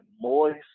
moist